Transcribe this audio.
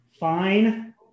fine